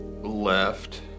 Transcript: left